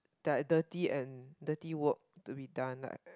that are dirty and dirty work to be done like